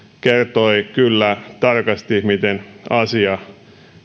kertoi kyllä tarkasti miten asia